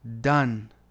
done